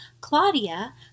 Claudia